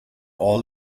all